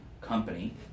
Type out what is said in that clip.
company